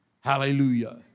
Hallelujah